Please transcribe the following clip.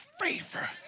favor